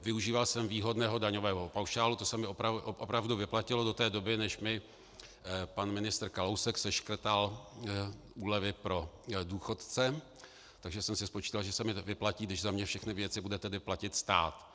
Využíval jsem výhodného daňového paušálu, to se mi opravdu vyplatilo do té doby, než mi pan ministr Kalousek seškrtal úlevy pro důchodce, takže jsem si spočítal, že se mi nevyplatí, když za mě všechny věci bude tedy platit stát.